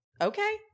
okay